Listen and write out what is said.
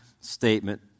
statement